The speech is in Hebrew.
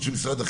כולל של מציעות